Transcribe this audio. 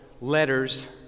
letters